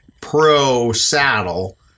pro-saddle